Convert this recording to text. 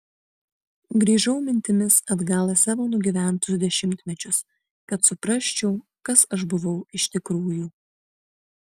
grįžau mintimis atgal į savo nugyventus dešimtmečius kad suprasčiau kas aš buvau iš tikrųjų